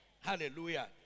Hallelujah